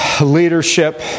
leadership